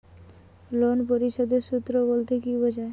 Loan পরিশোধের সূএ বলতে কি বোঝায়?